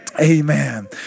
Amen